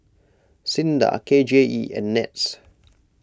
Sinda K J E and NETS